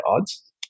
odds